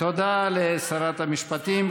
תודה לשרת המשפטים.